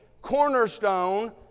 cornerstone